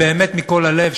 באמת מכל הלב,